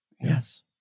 Yes